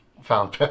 found